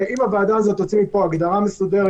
אם הוועדה הזאת תוציא מכאן הגדרה מסודרת